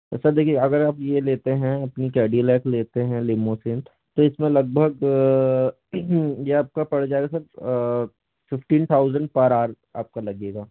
तो सर देखिए अगर आप ये लेते हैं अपनी कैडिलक लेते हैं लिमोसिन तो इसमें लगभग ये आपका पड़ जाएगा sir fifteen thousand per hour आपका लगेगा